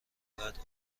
بعد